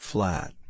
Flat